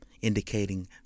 indicating